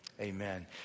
Amen